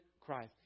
Christ